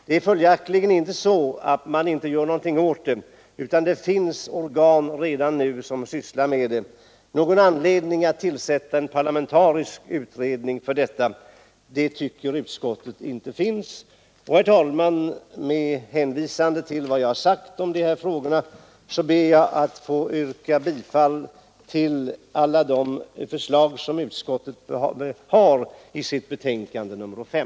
Det är följaktligen inte så att man inte gör något åt den utan det finns redan nu organ som sysslar med den. Någon anledning att tillsätta en parlamentarisk utredning för detta spörsmål föreligger då inte enligt utskottets mening. Herr talman! Med hänvisning till vad jag sagt om dessa frågor ber jag att få yrka bifall till samtliga förslag som utskottet framlägger i sitt betänkande nr 5.